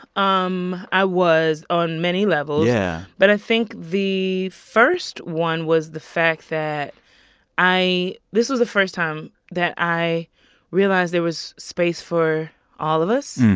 um i was on many levels. yeah. but i think the first one was the fact that i this was the first time that i realized there was space for all of us.